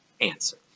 answer